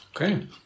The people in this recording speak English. okay